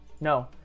No